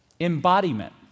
embodiment